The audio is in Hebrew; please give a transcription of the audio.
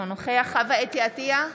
אינו נוכח חוה אתי עטייה,